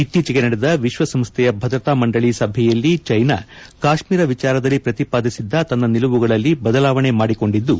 ಇತ್ತೀಚೆಗೆ ನಡೆದ ವಿಶ್ವಸಂಸ್ವೆಯ ಭದ್ರತಾ ಮಂಡಳಿ ಸಭೆಯಲ್ಲಿ ಚೀನಾ ಕಾಶ್ಮೀರ ವಿಚಾರದಲ್ಲಿ ಪ್ರತಿಪಾದಿಸಿದ್ದ ತನ್ನ ನಿಲುವುಗಳಲ್ಲಿ ಬದಲಾವಣೆ ಮಾಡಿಕೊಂಡಿದ್ದು